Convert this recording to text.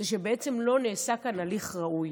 זה שבעצם לא נעשה כאן הליך ראוי.